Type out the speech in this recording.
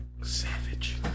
Savage